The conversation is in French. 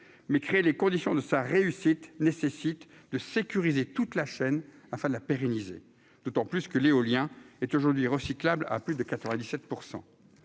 mais créer les conditions de sa réussite nécessite de sécuriser toute la chaîne, afin de la pérenniser, d'autant plus que l'éolien est aujourd'hui recyclable à plus de 97